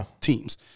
Teams